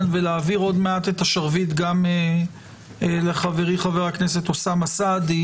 ולהעביר עוד מעט את השרביט לחברי חבר הכנסת אוסמה סעדי.